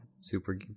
super